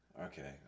okay